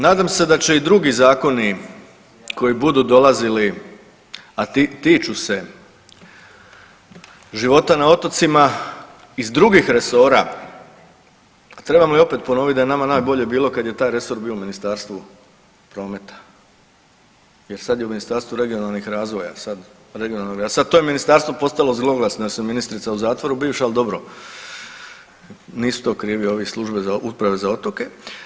Nadam se da će i drugi zakoni koji budu dolazili, a tiču se života na otocima iz drugih resora, trebamo i opet ponovit da je nama najbolje kad je taj resor bio u Ministarstvu prometa, jer sad je u Ministarstvu regionalnih razvoja sad regionalni razvoj, sad to je ministarstvo postalo zloglasno je se ministrica u zatvoru bivša, ali dobro nisu to krivi ovi iz službe, uprave za otoke.